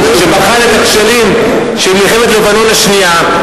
שבחן את הכשלים של מלחמת לבנון השנייה.